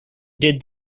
did